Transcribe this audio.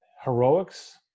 heroics